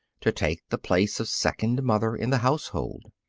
to take the place of second mother in the household.